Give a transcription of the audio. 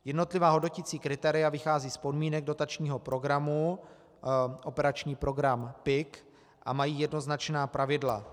Jednotlivá hodnoticí kritéria vycházejí z podmínek dotačního programu, operační program PIK, a mají jednoznačná pravidla.